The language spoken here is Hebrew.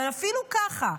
אבל אפילו ככה,